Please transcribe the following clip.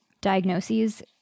diagnoses